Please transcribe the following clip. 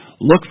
Look